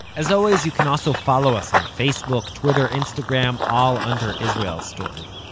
as always, you can also follow us on facebook, twitter, instagram, all under israel story.